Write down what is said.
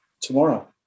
tomorrow